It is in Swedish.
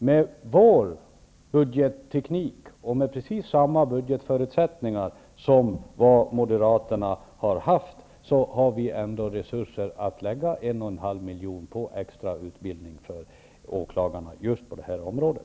Med vår budgetteknik, och med precis samma budgetförutsättningar som moderaterna haft, har vi ändå resurser att lägga 1,5 miljoner på extra utbildning för åklagarna på just det här området.